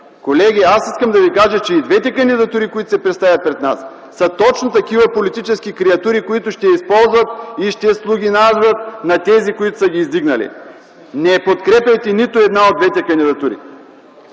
Колеги, искам да ви кажа, че и двете представени кандидатури пред нас са точно такива политически креатури, които ще използват и ще слугинарстват на тези, които са ги издигнали. Не подкрепяйте нито една от двете кандидатури!